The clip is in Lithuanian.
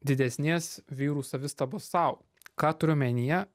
didesnės vyrų savistabos sau ką turiu omenyje